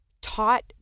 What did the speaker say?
taught